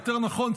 יותר נכון,